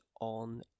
on